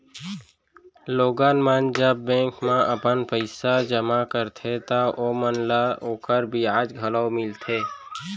लोगन मन जब बेंक म अपन पइसा जमा करथे तव ओमन ल ओकर बियाज घलौ मिलथे